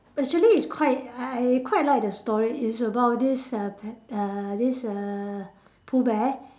actually it's quite I quite like the story it's about this uh p~ uh this uh Pooh bear